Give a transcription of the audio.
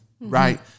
right